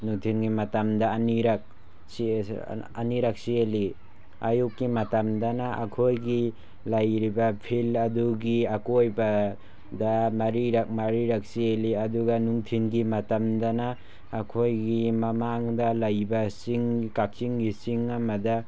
ꯅꯨꯡꯊꯤꯜꯒꯤ ꯃꯇꯝꯗ ꯑꯅꯤꯔꯛ ꯑꯅꯤꯔꯛ ꯆꯦꯜꯂꯤ ꯑꯌꯨꯛꯀꯤ ꯃꯇꯝꯗꯅ ꯑꯩꯈꯣꯏꯒꯤ ꯂꯩꯔꯤꯕ ꯐꯤꯜ ꯑꯗꯨꯒꯤ ꯑꯀꯣꯏꯕꯗ ꯃꯔꯤꯔꯛ ꯃꯔꯤꯔꯛ ꯆꯦꯜꯂꯤ ꯑꯗꯨꯒ ꯅꯨꯡꯊꯤꯜꯒꯤ ꯃꯇꯝꯗꯅ ꯑꯩꯈꯣꯏꯒꯤ ꯃꯃꯥꯡꯗ ꯂꯩꯕ ꯆꯤꯡ ꯀꯛꯆꯤꯡꯒꯤ ꯆꯤꯡ ꯑꯃꯗ